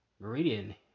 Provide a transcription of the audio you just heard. Meridian